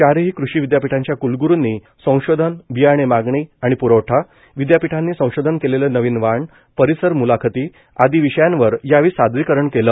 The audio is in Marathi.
चारही कृषि विद्यापीठांच्या कुलग्रूंनी संशोधन बियाणे मागणी आणि प्रवठा विद्यापीठांनी संशोधन केलेलं नवीन वाण परिसर मुलाखती आदी विषयांवर सादरीकरण केलं